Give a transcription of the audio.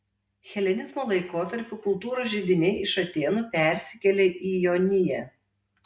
helenizmo laikotarpiu kultūros židiniai iš atėnų persikėlė į joniją